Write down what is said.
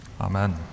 amen